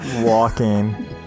walking